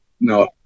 No